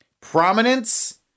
prominence